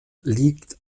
liegt